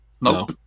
No